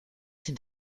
sin